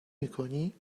میکنی